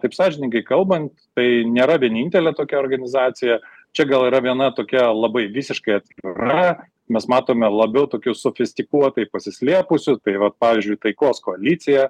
taip sąžiningai kalbant tai nėra vienintelė tokia organizacija čia gal yra viena tokia labai visiškai atvira mes matome labiau tokių sofistifikuotai pasislėpusių tai vat pavyzdžiui taikos koalicija